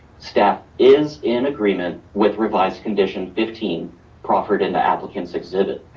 staff is in agreement with revised condition fifteen proffered in the applicant's exhibit.